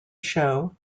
show